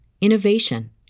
innovation